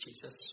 Jesus